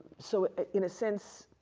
so in a sense,